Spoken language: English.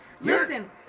listen